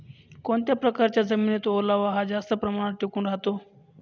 कोणत्या प्रकारच्या जमिनीत ओलावा हा जास्त प्रमाणात टिकून राहतो?